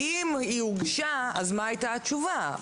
ואם היא הוגשה, אז מה הייתה התשובה.